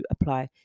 apply